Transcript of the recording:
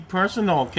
personal